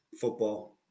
Football